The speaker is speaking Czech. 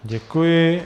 Děkuji.